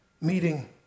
meeting